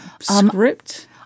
script